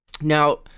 Now